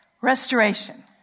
restoration